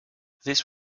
this